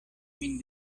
min